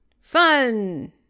Fun